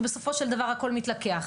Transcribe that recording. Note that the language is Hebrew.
ובסופו של דבר הכל מתלקח.